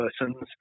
persons